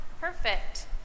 Perfect